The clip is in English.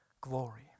glory